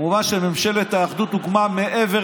כמובן שממשלת האחדות הוקמה מעבר,